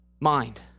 mind